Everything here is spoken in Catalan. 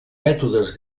mètodes